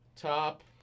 Top